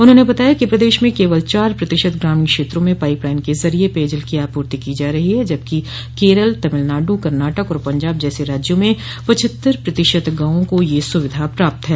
उन्होंने बताया कि प्रदेश में केवल चार प्रतिशत ग्रामीण क्षेत्रों में पाइप लाइन के जरिये पेयजल की आपूर्ति की जा रही है जबकि केरल तमिलनाडु कर्नाटक और पंजाब जैसे राज्यों में पचहत्तर प्रतिशत गांवों को यह सुविधा प्राप्त है